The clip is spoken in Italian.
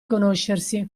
conoscersi